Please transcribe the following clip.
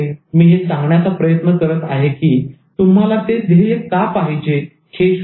मी हे सांगण्याचा प्रयत्न करत आहे की तुम्हाला ते ध्येय का पाहिजे हे शोधा